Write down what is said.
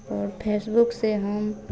और फेसबुक से हम